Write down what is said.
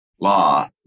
law